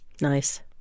Nice